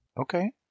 Okay